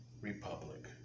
republic